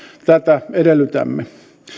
tätä edellytämme